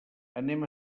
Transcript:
anem